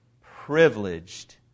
privileged